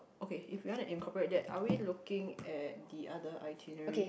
okay if you want incorporate that are we looking at the other itinerary